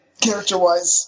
character-wise